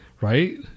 right